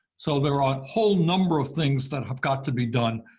so there are a whole number of things that have got to be done.